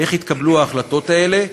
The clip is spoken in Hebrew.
איך התקבלו ההחלטות האלה.